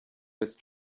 with